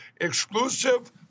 exclusive